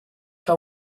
que